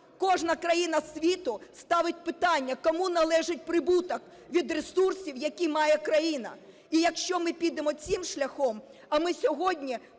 Кожна країна світу ставить питання: кому належить прибуток від ресурсів, які має країна? І якщо ми підемо цим шляхом, а ми сьогодні